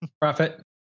Profit